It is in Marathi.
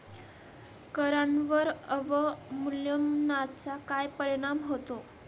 करांवर अवमूल्यनाचा काय परिणाम होतो?